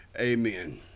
amen